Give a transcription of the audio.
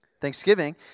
Thanksgiving